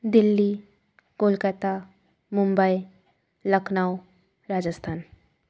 Delhi Kolkata Mumbai Lucknow Rajasthan